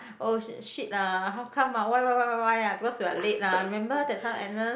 oh sh~ shit lah why why why why why ah because we are late lah remember that time Agnes